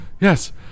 Yes